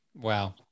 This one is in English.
Wow